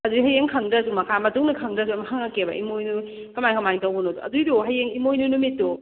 ꯑꯗꯨꯗꯩ ꯍꯌꯦꯡ ꯈꯪꯗ꯭ꯔꯁꯨ ꯃꯈꯥ ꯃꯇꯨꯡꯗ ꯈꯪꯗ꯭ꯔꯁꯨ ꯑꯗꯨꯝ ꯍꯪꯉꯛꯀꯦꯕ ꯏꯃꯣꯏꯅꯨ ꯀꯃꯥꯏ ꯀꯃꯥꯏ ꯇꯧꯕꯅꯣꯗꯣ ꯑꯗꯨꯏꯗꯨ ꯍꯌꯦꯡ ꯏꯃꯣꯏꯅꯨ ꯅꯨꯃꯤꯠꯇꯨ